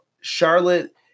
Charlotte